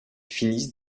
finissent